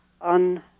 on